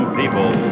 people